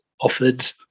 offered